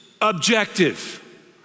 objective